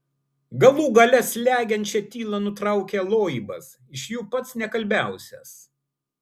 galų gale slegiančią tylą nutraukė loibas iš jų pats nekalbiausias